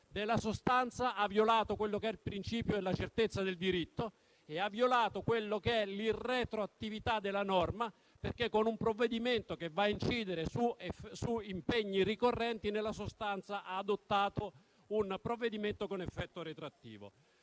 Nella sostanza, ha violato quello che è il principio della certezza del diritto e l'irretroattività della norma perché, con un intervento che va a incidere su impegni ricorrenti, ha adottato un provvedimento con effetto retroattivo.